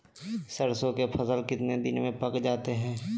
सरसों के फसल कितने दिन में पक जाते है?